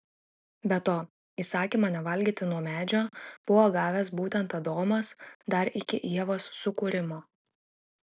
be to įsakymą nevalgyti nuo medžio buvo gavęs būtent adomas dar iki ievos sukūrimo